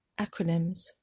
Acronyms